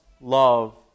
love